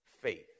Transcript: faith